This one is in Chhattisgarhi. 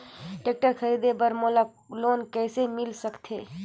टेक्टर खरीदे बर मोला लोन कइसे मिल सकथे?